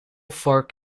vork